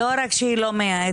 לא רק שהיא לא מייעצת.